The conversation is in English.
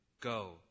Go